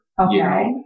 Okay